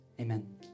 Amen